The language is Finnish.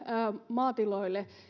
maatiloille